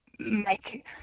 make